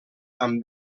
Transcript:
amb